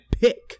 pick